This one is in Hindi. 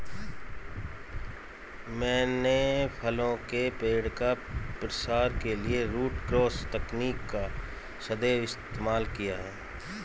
मैंने फलों के पेड़ का प्रसार के लिए रूट क्रॉस तकनीक का सदैव इस्तेमाल किया है